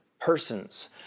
persons